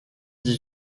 dix